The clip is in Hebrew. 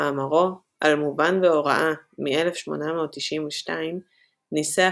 במאמרו "על מובן והוראה" מ-1892 ניסח